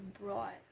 brought